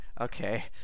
Okay